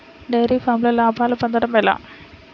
Dairy ఫామ్లో లాభాలు పొందడం ఎలా?